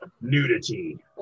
Nudity